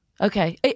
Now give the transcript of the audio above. Okay